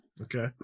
Okay